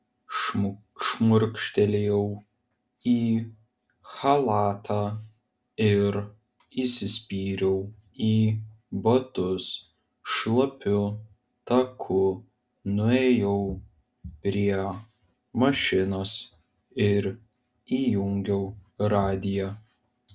šmurkštelėjau į chalatą ir įsispyriau į batus šlapiu taku nuėjau prie mašinos ir įjungiau radiją